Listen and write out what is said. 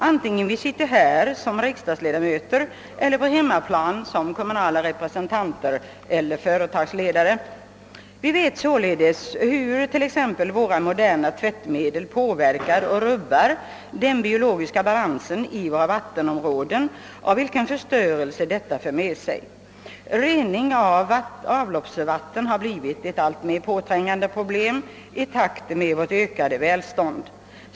Det gäller både när vi verkar som riksdagsledamöter och när vi arbetar på hemmaplan som kommunala representanter eller företagsledare. Vi vet t.ex. hur våra moderna tvättmedel påverkar och rubbar den biologiska balansen i vattenområdena och vilken förstörelse detta för med sig. Rening av avloppsvatten har blivit ett alltmer påträngande problem i takt med att vårt välstånd ökat.